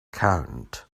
count